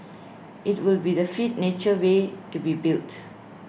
IT will be the fifth nature way to be built